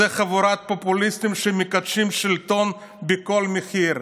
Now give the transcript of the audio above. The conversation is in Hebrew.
אלו חבורת פופוליסטים שמקדשים שלטון בכל מחיר.